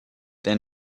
their